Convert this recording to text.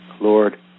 Lord